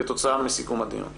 כתוצאה מסיכום הדיון.